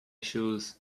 shoes